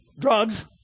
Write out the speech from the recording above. drugs